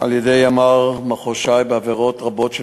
על-ידי ימ"ר מחוז ש"י עבירות רבות של